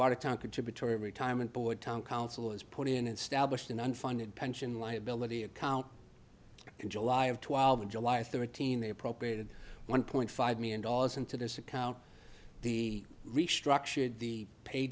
watertown contributory retirement board town council has put in and stablished an unfunded pension liability account in july of twelve july thirteen they appropriated one point five million dollars into this account the restructured the pay